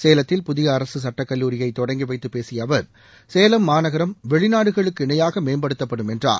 சேலத்தில் புதிய அரசு சுட்டக் கல்லூரியை தொடங்கி வைத்தப் பேசிய அவர் சேலம் மாநகரம் வெளிநாடுகளுக்கு இணையாக மேம்படுத்தப்படும் என்றார்